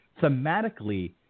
Thematically